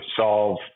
solve